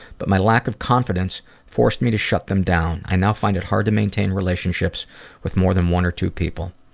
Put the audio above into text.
but my lack of confidence forced me to shut them down. i now find it hard to maintain relationships with more then one or two people.